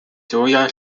soja